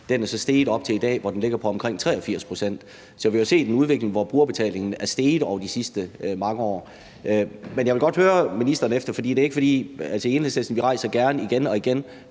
Den er så steget op til i dag, hvor den ligger på omkring 83 pct. Så vi har jo set en udvikling, hvor brugerbetalingen er steget over de sidste mange år. Men jeg vil godt høre ministeren om noget, og i Enhedslisten rejser vi gerne igen og igen